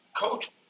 coach